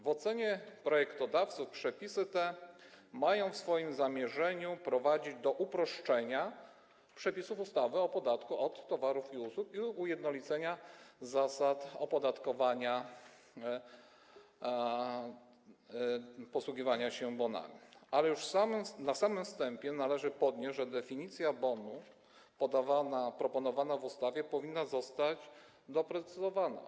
W ocenie projektodawców przepisy te mają w zamierzeniu prowadzić do uproszczenia przepisów ustawy o podatku od towarów i usług i ujednolicenia zasad opodatkowania w przypadku posługiwania się bonami, ale już na samym wstępie należy podnieść, że definicja bonu proponowana w ustawie powinna zostać doprecyzowana.